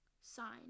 sign